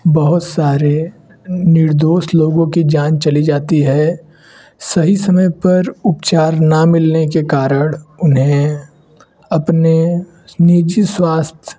बहुत सारे निर्दोष लोगों की जान चली जाती है सही समय पर उपचार ना मिलने के कारण उन्हें अपने निजी स्वास्थ्य